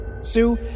Sue